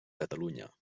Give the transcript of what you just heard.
catalunya